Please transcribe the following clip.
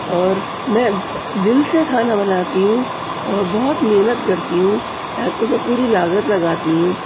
اور میں دل سے کھانا بناتی ہوں اور بہت محنت کرتی ہوں پوری لاگت لگاتی ہوں